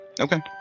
Okay